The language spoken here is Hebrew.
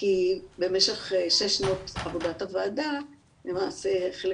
כי במשך שש שנות עבודת הוועדה למעשה חלק